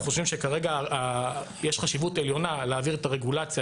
אנחנו חושבים שכרגע יש חשיבות עליונה להעביר את הרגולציה,